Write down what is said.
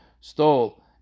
stole